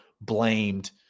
blamed